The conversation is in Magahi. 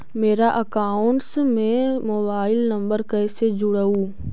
मेरा अकाउंटस में मोबाईल नम्बर कैसे जुड़उ?